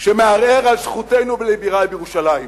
שמערער על זכותנו לבירה בירושלים.